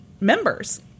members